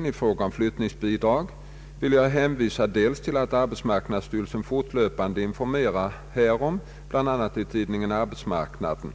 ningsbidrag vill jag hänvisa dels till att arbetsmarknadsstyrelsen fortlöpande informerar härom bl.a. i tidningen Arbetsmarknaden,